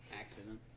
accident